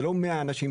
זה לא מאה אנשים,